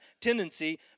tendency